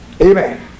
Amen